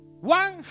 one